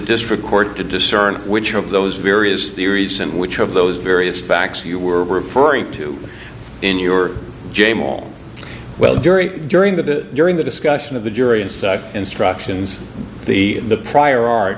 district court to discern which of those various theories and which of those various facts you were referring to in your game all well during during the during the discussion of the jury and stuff instructions the the prior art